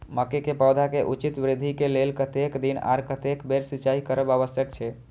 मके के पौधा के उचित वृद्धि के लेल कतेक दिन आर कतेक बेर सिंचाई करब आवश्यक छे?